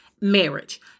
marriage